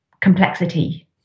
complexity